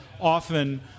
often